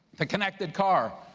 the connected car.